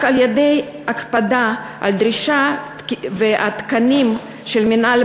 רק על-ידי הקפדה על הדרישות והתקנים של מינהל